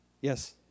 Yes